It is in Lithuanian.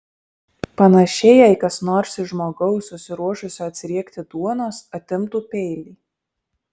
panašiai jei kas nors iš žmogaus susiruošusio atsiriekti duonos atimtų peilį